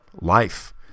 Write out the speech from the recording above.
life